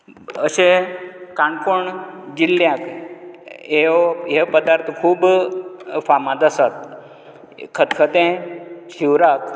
अशें काणकोण जिल्ल्यांत येव हे पदार्थ खूब फामाद आसात खतखतें शिवराक